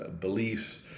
beliefs